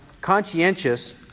conscientious